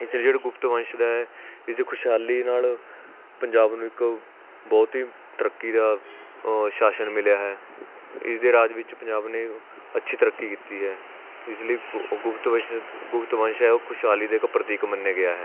ਇਸ ਲਈ ਜਿਹੜਾ ਗੁਪਤ ਵੰਸ਼ ਦਾ ਹੈ ਇਸਦੀ ਖੁਸ਼ਹਾਲੀ ਨਾਲ ਪੰਜਾਬ ਨੂੰ ਇੱਕ ਬਹੁਤ ਹੀ ਤਰੱਕੀ ਦਾ ਸ਼ਾਸਨ ਮਿਲਿਆ ਹੈ ਇਸ ਦੇ ਰਾਜ ਵਿੱਚ ਪੰਜਾਬ ਨੇ ਅੱਛੀ ਤਰੱਕੀ ਕੀਤੀ ਹੈ ਇਸ ਲਈ ਉ ਗੁਪਤ ਵਸ਼ ਗੁਪਤ ਵੰਸ਼ ਹੈ ਉਹ ਖੁਸ਼ਹਾਲੀ ਦੇ ਇੱਕ ਪ੍ਰਤੀਕ ਮੰਨਿਆ ਗਿਆ ਹੈ